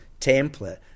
template